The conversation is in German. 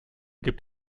gibt